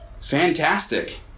fantastic